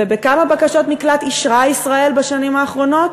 וכמה בקשות מקלט אישרה ישראל בשנים האחרונות?